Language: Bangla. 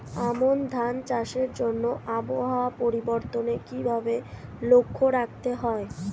আমন ধান চাষের জন্য আবহাওয়া পরিবর্তনের কিভাবে লক্ষ্য রাখতে হয়?